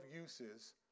uses